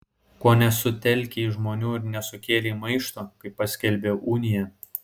ko nesutelkei žmonių ir nesukėlei maišto kai paskelbė uniją